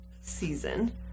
season